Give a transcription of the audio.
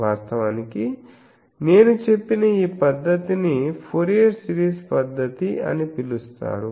వాస్తవానికి నేను చెప్పిన ఈ పద్ధతిని ఫోరియర్ సిరీస్ పద్ధతి అని పిలుస్తారు